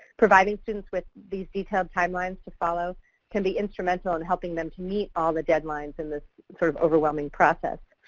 providing students with these detailed timelines to follow can be instrumental in helping them to meet all the deadlines in this sort of overwhelming process.